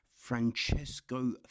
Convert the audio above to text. Francesco